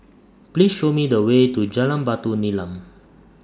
Please Show Me The Way to Jalan Batu Nilam